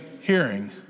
hearing